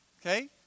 okay